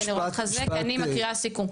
כי אני מקריאה סיכום.